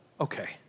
Okay